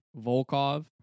Volkov